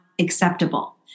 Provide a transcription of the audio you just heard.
acceptable